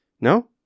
No